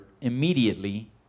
immediately